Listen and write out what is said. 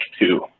two